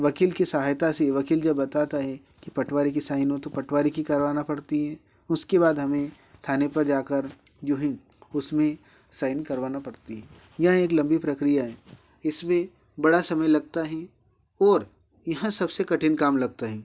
वकील की सहायता से वकील जो बताता है कि पटवारी की साइन हो तो पटवारी की करवाना पड़ती है उसके बाद हमें थाने पर जाकर यूँही उसमें साइन करवाना पड़ती है यह एक लम्बी प्रक्रिया है इसमें बड़ा समय लगता है और यह सबसे कठिन काम लगता है